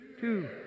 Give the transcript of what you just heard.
two